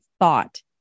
thought